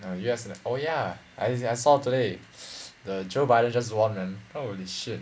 ah yes leh oh ya I I saw today the joe biden just won man holy shit